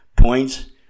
points